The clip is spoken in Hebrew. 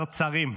צרצרים.